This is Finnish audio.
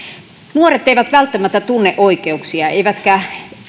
nuoret eivät välttämättä tunne oikeuksiaan eivätkä